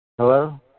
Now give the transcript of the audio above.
Hello